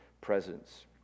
presence